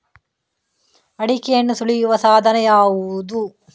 ಅಡಿಕೆಯನ್ನು ಸುಲಿಯುವ ಸಾಧನ ಯಾವುದು?